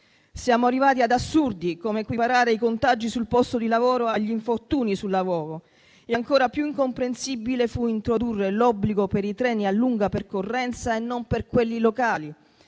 Siamo arrivati ad assurdi, come quello di equiparare i contagi sul posto di lavoro agli infortuni sul lavoro. Ancora più incomprensibile fu introdurre l'obbligo per i treni a lunga percorrenza e non per quelli locali